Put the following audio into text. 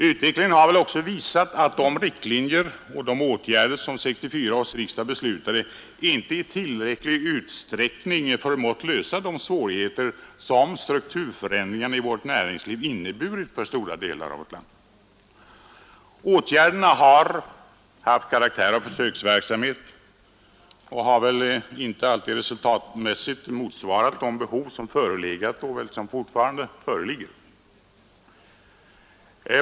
Utvecklingen har väl också visat att de riktlinjer och åtgärder som 1964 års riksdag beslutade inte i tillräcklig utsträckning har förmått minska de svårigheter som strukturförändringarna i vårt näringsliv har inneburit för stora delar av vårt land. Ätgärderna har haft karaktär av försöksverksamhet och har väl inte alltid resultatmässigt svarat mot de behov som förelegat och som fortfarande föreligger.